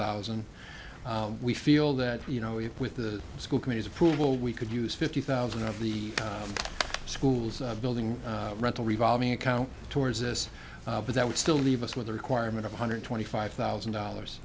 thousand we feel that you know if with the school committees approval we could use fifty thousand of the schools building rental revolving account towards this but that would still leave us with a requirement of a hundred twenty five thousand dollars